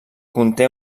conté